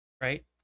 right